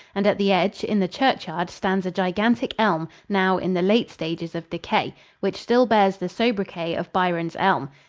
and at the edge, in the churchyard, stands a gigantic elm now in the late stages of decay which still bears the sobriquet of byron's elm.